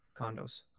condos